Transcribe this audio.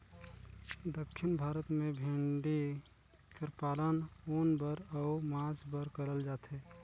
दक्खिन भारत में भेंड़ी कर पालन ऊन बर अउ मांस बर करल जाथे